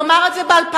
הוא אמר את זה ב-2002,